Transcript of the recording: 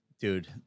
Dude